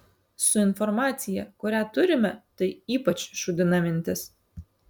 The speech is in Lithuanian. su informacija kurią turime tai ypač šūdina mintis